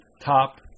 top